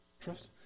trust